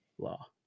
Law